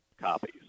copies